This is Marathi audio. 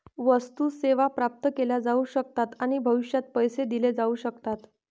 वस्तू, सेवा प्राप्त केल्या जाऊ शकतात आणि भविष्यात पैसे दिले जाऊ शकतात